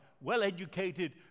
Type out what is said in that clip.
well-educated